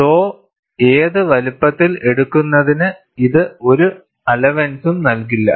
so ഏത് വലുപ്പത്തിൽ എടുക്കുന്നതിന് ഇത് ഒരു അലവൻസും നൽകില്ല